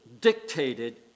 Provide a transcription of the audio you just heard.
dictated